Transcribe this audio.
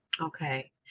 Okay